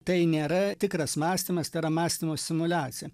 tai nėra tikras mąstymas tai yra mąstymo simuliacija